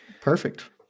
Perfect